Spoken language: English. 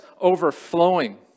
overflowing